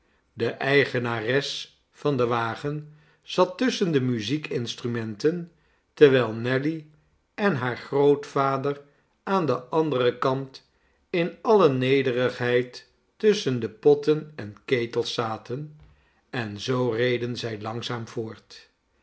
de eigenares van den wagen zat tusschen de muziekinstrumenten terwijl nelly en haar grootvader aan den anderen kant in alle nederigheid tusschen de potten en ketels zaten en zoo reden zij langzaam voort